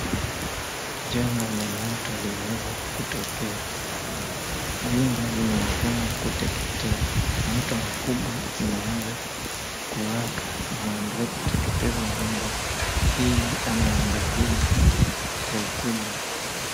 Janga la moto limeweza kutokea, vyumba vinaonekana kuteketea, moto mkubwa umeweza kuwaka na umeendelea kuteketeza numba hii ama nyumba hizi kwa ukubwa.